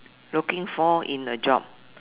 looking for in a job